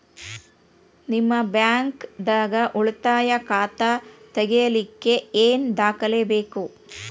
ನಿಮ್ಮ ಬ್ಯಾಂಕ್ ದಾಗ್ ಉಳಿತಾಯ ಖಾತಾ ತೆಗಿಲಿಕ್ಕೆ ಏನ್ ದಾಖಲೆ ಬೇಕು?